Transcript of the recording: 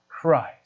Christ